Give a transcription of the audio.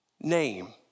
name